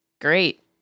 great